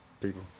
people